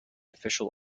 official